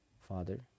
Father